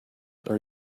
are